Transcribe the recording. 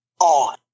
on